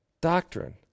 doctrine